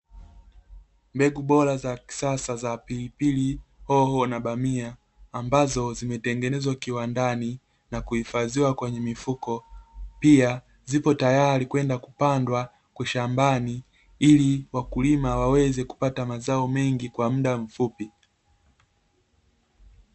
Mbegu bora za kisasa za pilipili hoho, na bamia, ambazo zimetengenezwa kiwandani na kuhifadhiwa kwenye mifuko, pia ziko tayari kwenda kupandwa shambani, ili wakulima waweze kupata mazao mengi kwa muda mfupi.